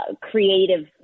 creative